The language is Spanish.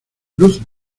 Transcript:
luz